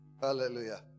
Hallelujah